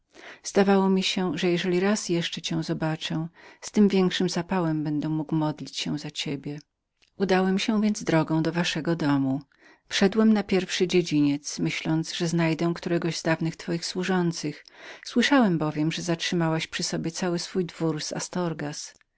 zdawało mi się że jeżeli raz cię jeszcze zobaczę z tym większym zapałem będę mógł modlić się za ciebie udałem się więc drogą do waszego domu wszedłem na pierwszy dziedziniec myśląc że zdajdęznajdę którego z dawnych twoich służących słyszałem bewiembowiem że zatrzymałaś przy sobie cały dwór z astorgas